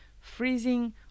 Freezing